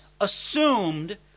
assumed